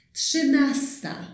trzynasta